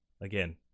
again